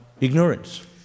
ignorance